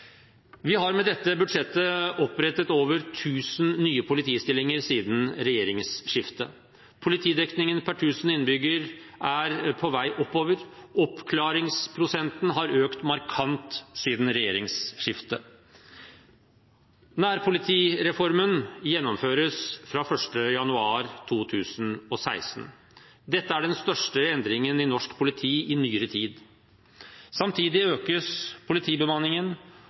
Vi har med dette budsjettet opprettet over 1 000 nye politistillinger siden regjeringsskiftet. Politidekningen per 1 000 innbygger er på vei oppover. Oppklaringsprosenten har økt markant siden regjeringsskiftet. Nærpolitireformen gjennomføres fra 1. januar 2016. Dette er den største endringen i norsk politi i nyere tid. Samtidig økes politibemanningen,